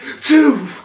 two